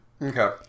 Okay